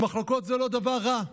אבל מחלוקות זה לא דבר רע.